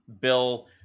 bill